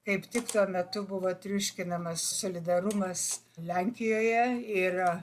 kaip tik tuo metu buvo triuškinamas solidarumas lenkijoje ir